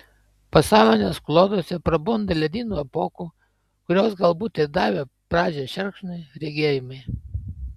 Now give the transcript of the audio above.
pasąmonės kloduose prabunda ledynų epochų kurios galbūt ir davė pradžią šerkšnui regėjimai